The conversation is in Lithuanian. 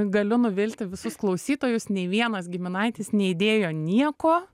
galiu nuvilti visus klausytojus nei vienas giminaitis neįdėjo nieko